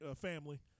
family